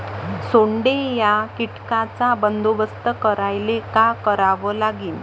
सोंडे या कीटकांचा बंदोबस्त करायले का करावं लागीन?